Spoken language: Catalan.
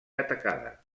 atacada